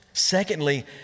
Secondly